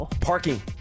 Parking